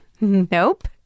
Nope